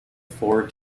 four